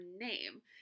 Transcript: name